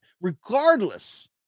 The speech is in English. regardless